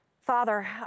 Father